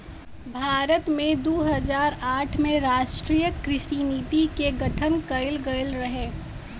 भारत में दू हज़ार आठ में राष्ट्रीय कृषि नीति के गठन कइल गइल रहे